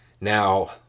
Now